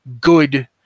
good